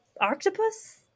octopus